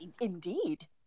indeed